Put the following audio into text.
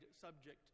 subject